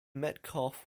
metcalfe